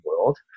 world